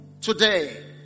Today